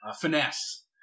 Finesse